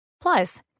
Plus